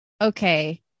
okay